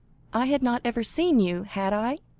i had not ever seen you, had i,